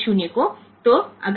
0 છે કે નહીં